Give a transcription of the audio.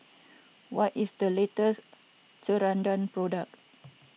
what is the latest Ceradan product